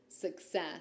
success